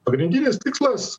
pagrindinis tikslas